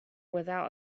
without